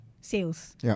sales